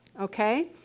okay